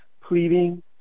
pleading